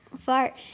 fart